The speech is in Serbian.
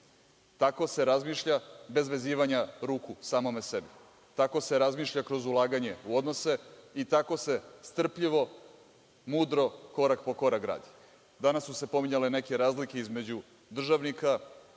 Tako se razmišlja bez vezivanja ruku samom sebi. Tako se razmišlja kroz ulaganje u odnose i tako se strpljivo, mudro, korak po korak gradi. Danas su se pominjale neke razlike između državnika